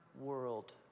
world